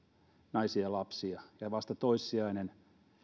naisia ja lapsia ja vasta toissijainen